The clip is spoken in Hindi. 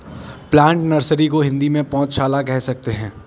प्लांट नर्सरी को हिंदी में पौधशाला कह सकते हैं